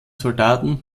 soldaten